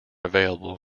available